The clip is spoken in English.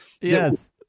Yes